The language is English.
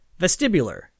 vestibular